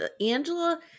Angela